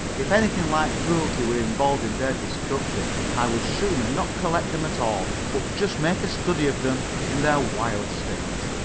if anything like cruelty were involved in their destruction, i would sooner not collect them at all, but just make a study of them in their wild state.